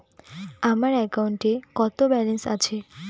আমার অ্যাকাউন্টে কত ব্যালেন্স আছে?